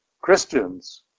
Christians